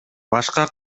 башка